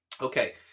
Okay